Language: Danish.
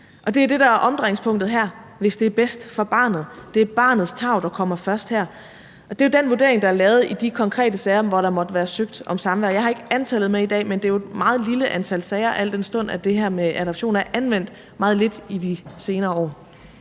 der er omdrejningspunktet her: at det skal være bedst for barnet. Det er barnets tarv, der kommer først her. Og det er jo den vurdering, der er lavet i de konkrete sager, hvor der måtte være søgt om samvær. Jeg har ikke antallet med i dag, men det er jo et meget lille antal sager, al den stund at det her med bortadoption er anvendt meget lidt i de senere år.